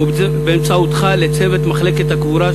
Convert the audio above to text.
ובאמצעותך לצוות מחלקת הקבורה,